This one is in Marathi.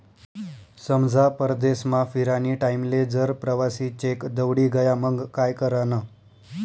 समजा परदेसमा फिरानी टाईमले जर प्रवासी चेक दवडी गया मंग काय करानं?